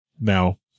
Now